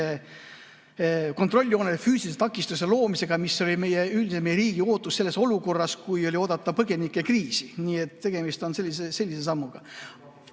kontrolljoonel füüsilise takistuse loomisega, mis on meie üldine [vajadus], meie riigi ootus selles olukorras, kui [on olnud] oodata põgenikekriisi. Nii et tegemist on sellise sammuga.